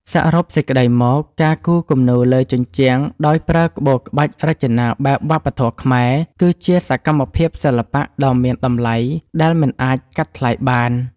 សរុបសេចក្ដីមក ការគូរគំនូរលើជញ្ជាំងដោយប្រើក្បូរក្បាច់រចនាបែបវប្បធម៌ខ្មែរ គឺជាសកម្មភាពសិល្បៈដ៏មានតម្លៃដែលមិនអាចកាត់ថ្លៃបាន។